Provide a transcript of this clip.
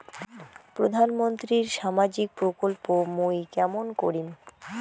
প্রধান মন্ত্রীর সামাজিক প্রকল্প মুই কেমন করিম?